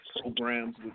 programs